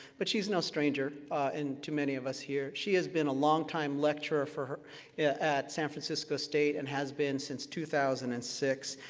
but she's no stranger and to many of us here. she has been a longtime lecturer at san francisco state, and has been since two thousand and six.